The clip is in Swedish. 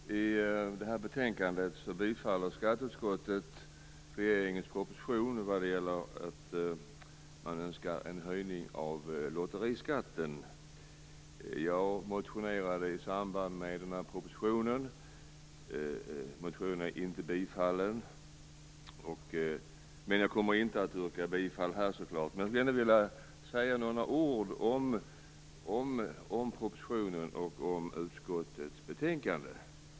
Fru talman! I det här betänkandet tillstyrker skatteutskottet regeringens proposition om en höjning av lotteriskatten. Jag motionerade med anledning av propositionen. Min motion tillstyrks inte av utskottet, men jag kommer inte att yrka bifall till den här. Jag vill ändå säga några ord om propositionen och om utskottets betänkande.